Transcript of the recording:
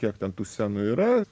kiek ten tų scenų yra